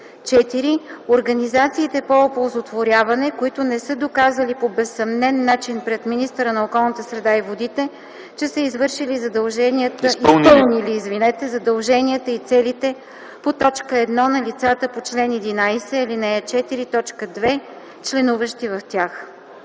4. организациите по оползотворяване, които не са доказали по безсъмнен начин пред министъра на околната среда и водите, че са изпълнили задълженията и целите по т. 1 на лицата по чл. 11, ал. 4, т. 2, членуващи в тях”.”